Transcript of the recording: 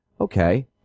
Okay